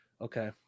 Okay